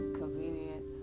convenient